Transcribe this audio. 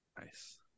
Nice